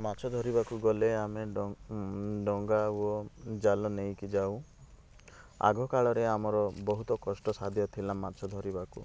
ମାଛ ଧରିବାକୁ ଗଲେ ଆମେ ଡ ଡଙ୍ଗା ଓ ଜାଲ ନେଇକି ଯାଉ ଆଗକାଳରେ ଆମର ବହୁତ କଷ୍ଟ ସାଧ୍ୟ ଥିଲା ମାଛ ଧରିବାକୁ